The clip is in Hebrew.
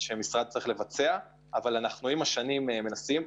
עם השנים אנחנו מנסים,